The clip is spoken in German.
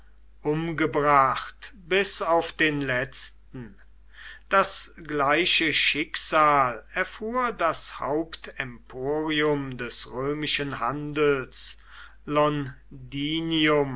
umgebracht bis auf den letzten das gleiche schicksal erfuhr das hauptemporium des römischen handels